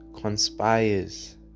conspires